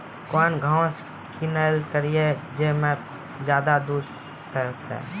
कौन घास किनैल करिए ज मे ज्यादा दूध सेते?